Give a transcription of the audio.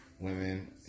Women